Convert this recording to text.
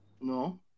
No